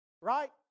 right